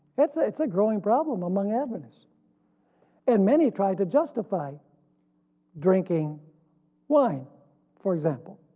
it's ah it's a growing problem among adventists and many try to justify drinking wine for example.